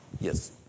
yes